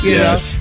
yes